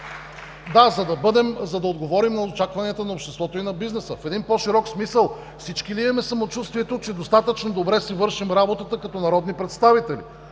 Да, за да отговорим на очакванията на обществото и на бизнеса. В един по-широк смисъл всички ние имаме самочувствието, че достатъчно добре си вършим работата като народни представители.